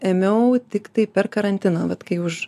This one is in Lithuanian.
ėmiau tiktai per karantiną bet kai už